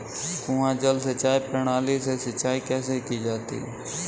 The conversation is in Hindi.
कुआँ जल सिंचाई प्रणाली से सिंचाई कैसे की जाती है?